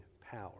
power